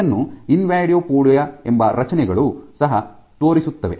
ಇದನ್ನು ಇನ್ವಾಡೋಪೊಡಿಯಾ ಎಂಬ ರಚನೆಗಳು ಸಹ ತೋರಿಸುತ್ತವೆ